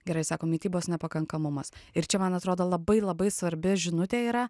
gerai sako mitybos nepakankamumas ir čia man atrodo labai labai svarbi žinutė yra